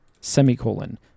Semicolon